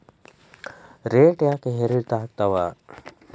Rate ಯಾಕೆ ಏರಿಳಿತ ಆಗ್ತಾವ?